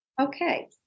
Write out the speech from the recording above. Okay